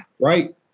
right